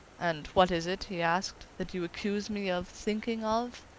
and what is it, he asked, that you accuse me of thinking of?